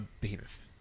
Behemoth